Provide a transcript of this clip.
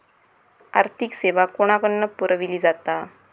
आर्थिक सेवा कोणाकडन पुरविली जाता?